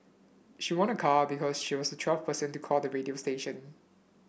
she won a car because she was the twelfth person to call the radio station